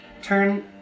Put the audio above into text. Turn